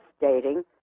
dating